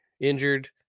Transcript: injured